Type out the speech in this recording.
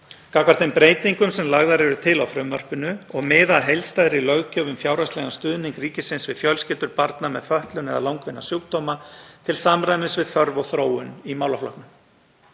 gagnvart þeim breytingum sem lagðar eru til á frumvarpinu og miða að heildstæðri löggjöf um fjárhagslegan stuðning ríkisins við fjölskyldur barna með fötlun eða langvinna sjúkdóma til samræmis við þörf og þróun í málaflokknum.